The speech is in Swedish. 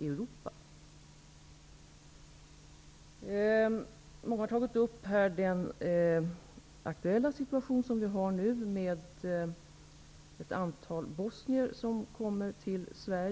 Europa. Många har här tagit upp den aktuella situationen med ett antal bosnier som kommer till Sverige.